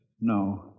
No